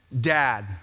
Dad